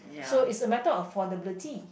so it's a matter of affordability